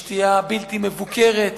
שתייה בלתי מבוקרת,